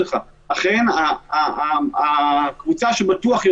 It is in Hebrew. מטבע הדברים,